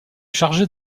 chargé